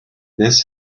this